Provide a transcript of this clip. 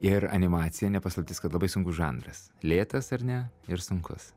ir animacija ne paslaptis kad labai sunkus žanras lėtas ar ne ir sunkus